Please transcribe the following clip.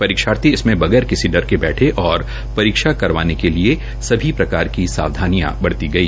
परीक्षार्थी इसमें बगैर किसी के डर के बैठे और परीक्षा करवाने के लिए सभी प्रकार की सावधानियां बरती गई